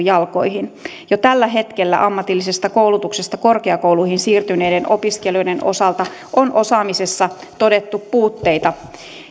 jalkoihin jo tällä hetkellä ammatillisesta koulutuksesta korkeakouluihin siirtyneiden opiskelijoiden osalta on osaamisessa todettu puutteita